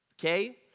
okay